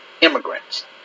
immigrants